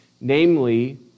namely